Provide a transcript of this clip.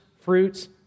fruits